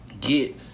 get